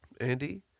Andy